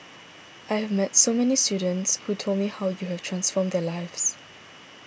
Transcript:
I have met so many students who told me how you have transformed their lives